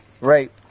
Right